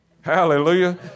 Hallelujah